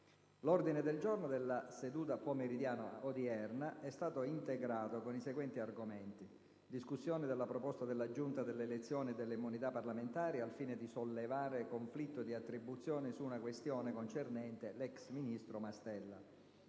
L'ordine del giorno della seduta pomeridiana odierna è stato integrato con i seguenti argomenti: Discussione della proposta della Giunta delle elezioni e delle immunità parlamentari al fine di sollevare conflitto di attribuzione su una questione concernente l'ex ministro Mastella.